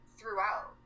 throughout